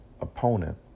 opponent